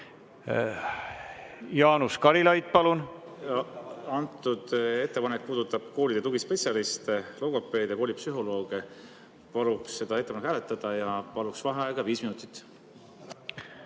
Karilaid, palun! Antud ettepanek puudutab koolide tugispetsialiste: logopeede, koolipsühholooge. Paluks seda ettepanekut hääletada ja paluks vaheaega viis minutit.